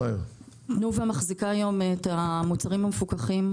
תנובה מחזיקה היום את המוצרים המפוקחים,